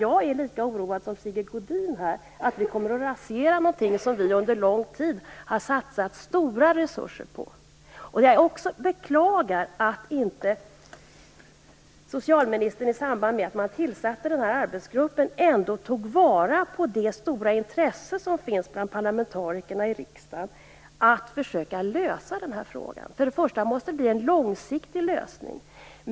Jag är lika oroad som Sigge Godin att vi kommer att rasera något som vi under lång tid har satsat stora resurser på. Jag beklagar också att inte socialministern i samband med att man tillsatte den här arbetsgruppen ändå tog vara på det stora intresse som finns bland parlamentarikerna i riksdagen för att försöka lösa den här fråga. Det måste bli en långsiktig lösning.